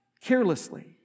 carelessly